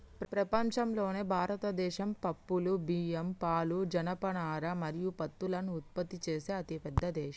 ప్రపంచంలోనే భారతదేశం పప్పులు, బియ్యం, పాలు, జనపనార మరియు పత్తులను ఉత్పత్తి చేసే అతిపెద్ద దేశం